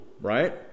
Right